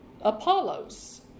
Apollos